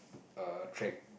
a track